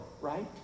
Right